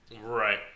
right